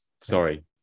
sorry